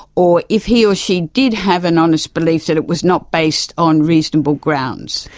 or if he or she did have an honest belief, that it was not based on reasonable grounds,